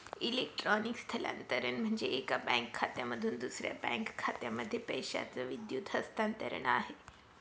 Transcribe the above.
electronic स्थलांतरण म्हणजे, एका बँक खात्यामधून दुसऱ्या बँक खात्यामध्ये पैशाचं विद्युत हस्तांतरण आहे